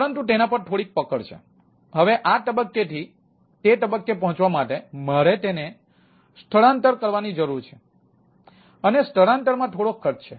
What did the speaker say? પરંતુ તેના પર થોડી પકડ છે હવે આ તબક્કેથી તે તબક્કે પહોંચવા માટે મારે તેને સ્થળાંતર કરવાની જરૂર છે અને સ્થળાંતરમાં થોડો ખર્ચ છે